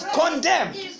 condemned